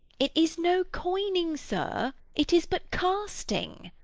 it is no coining, sir. it is but casting.